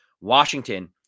Washington